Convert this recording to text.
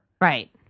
Right